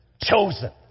Chosen